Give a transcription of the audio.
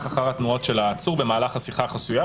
אחר התנועות של העצור במהלך השיחה החסויה,